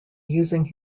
using